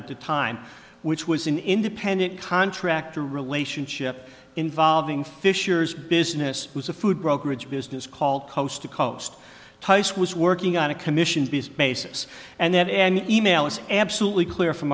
at the time which was an independent contractor relationship involving fisher's business was a food brokerage business called coast to coast tice was working on a commission based basis and that an email was absolutely clear from